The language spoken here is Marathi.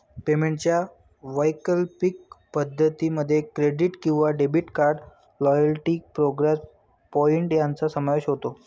पेमेंटच्या वैकल्पिक पद्धतीं मध्ये क्रेडिट किंवा debit card, loyalty programme point यांचा समावेश होतो